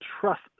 trust